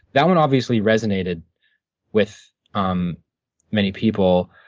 that one obviously resonated with um many people.